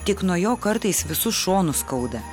tik nuo jo kartais visus šonus skauda